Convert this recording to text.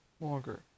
longer